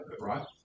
right